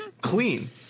clean